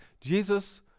Jesus